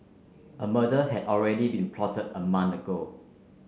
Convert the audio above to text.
a murder had already been plotted a month ago